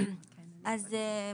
בבקשה.